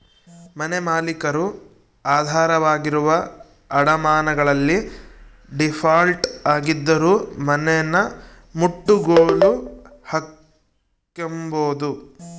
ಮನೆಮಾಲೀಕರು ಆಧಾರವಾಗಿರುವ ಅಡಮಾನಗಳಲ್ಲಿ ಡೀಫಾಲ್ಟ್ ಆಗಿದ್ದರೂ ಮನೆನಮುಟ್ಟುಗೋಲು ಹಾಕ್ಕೆಂಬೋದು